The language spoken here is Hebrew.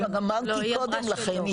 לא אני כבר אמרתי קודם לכן.